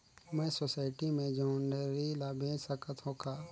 मैं सोसायटी मे जोंदरी ला बेच सकत हो का?